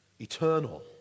eternal